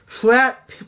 flat